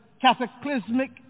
cataclysmic